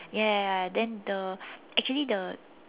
ya ya ya ya then the actually the